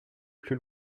plus